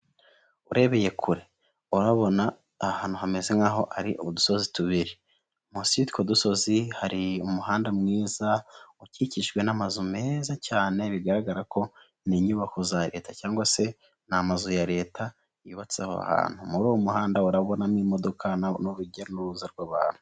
Urebeye kure urabona ahantu hameze nk'aho ari udusozi tubiri, munsi yutwo dusozi hari umuhanda mwiza ukikijwe n'amazu meza cyane. Bigaragara ko ni inyubako za Leta cyangwa se ni amazu ya Leta yubatse aho hantu. Muri uwo muhanda urabonamo imodoka n'urujya n'uruza rw'abantu.